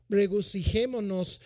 regocijémonos